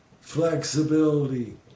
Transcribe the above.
flexibility